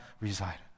resided